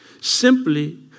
Simply